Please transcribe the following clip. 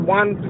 one